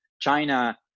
China